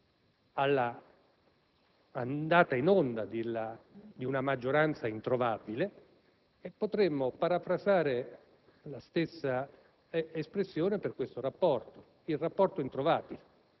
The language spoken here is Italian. all'andata in onda di una maggioranza introvabile e potremmo parafrasare la stessa espressione per questo rapporto: il rapporto introvabile.